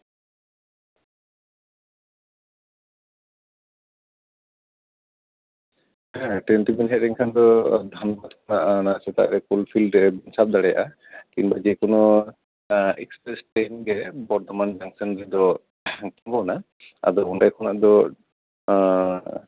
ᱦᱮᱸ ᱴᱨᱮᱹᱱ ᱛᱮᱵᱮᱱ ᱦᱮᱡ ᱞᱮᱱ ᱠᱷᱟᱱ ᱫᱚ ᱫᱷᱟᱱᱵᱟᱫᱽ ᱠᱷᱚᱱ ᱚᱱᱟ ᱥᱩᱯᱟᱨ ᱠᱳᱞᱯᱷᱤᱞ ᱵᱮᱱ ᱥᱟᱵ ᱫᱟᱲᱮᱭᱟᱜᱼᱟ ᱡᱮᱦᱮᱛᱩ ᱱᱚᱣᱟ ᱡᱚᱛᱚ ᱮᱠᱥᱯᱨᱮᱹᱥ ᱴᱨᱮᱹᱱ ᱜᱮ ᱱᱚᱣᱟ ᱵᱚᱨᱫᱷᱚᱢᱟᱱ ᱡᱚᱝᱥᱚᱱ ᱨᱮᱫᱚ ᱛᱤᱸᱜᱩᱱᱟ ᱟᱫᱚ ᱚᱸᱰᱮ ᱠᱷᱚᱱᱟᱜ ᱫᱚ